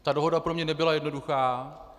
Ta dohoda pro mě nebyla jednoduchá.